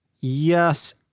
Yes